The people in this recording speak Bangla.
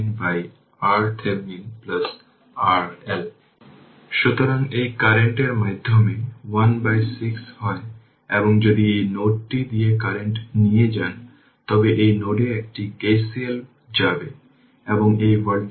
অন্যদিকে আদর্শ সূচনাকারী জুড়ে ভোল্টেজ কারেন্টের ডেরিভেটিভের সমানুপাতিক এটিও উচ্চ মাধ্যমিক পদার্থবিজ্ঞানের বিদ্যুৎ অধ্যায় থেকে শিখেছি